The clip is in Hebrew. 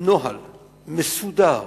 נוהל מסודר